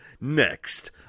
Next